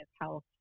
health